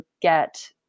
get